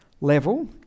level